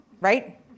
right